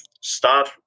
start